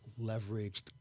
leveraged